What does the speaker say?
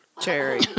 Cherry